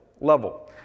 level